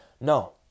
No